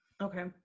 Okay